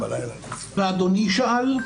ואלה שאדוני שאל,